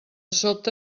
sobte